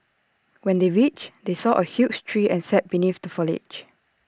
when they reached they saw A huge tree and sat beneath the foliage